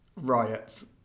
Riots